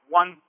one